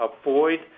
avoid